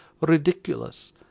Ridiculous